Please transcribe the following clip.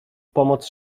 pomoc